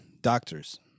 doctors